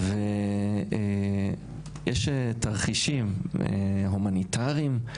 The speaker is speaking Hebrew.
יש תרחישים הומניטריים,